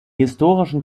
historischen